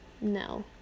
no